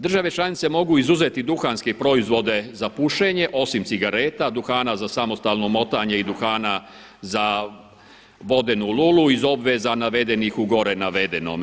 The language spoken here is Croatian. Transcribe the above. Države članice mogu izuzeti duhanske proizvode za pušenje osim cigareta, duhana za samostalno motanje i duhana za vodenu lulu iz obveza navedenih u gore navedenome.